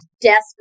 desperate